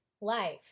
life